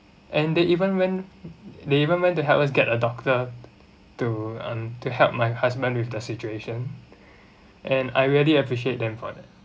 and they even went they even went to help us get a doctor to um to help my husband with the situation and I already appreciate them for that